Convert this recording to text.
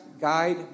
guide